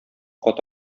кат